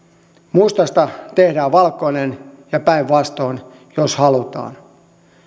mustasta tehdään valkoinen ja päinvastoin jos halutaan